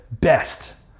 best